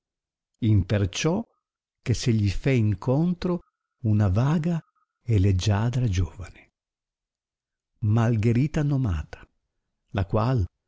trovare imperciò che se gli fé incontro una vaga e leggiadra giovane malgherita nomata la qual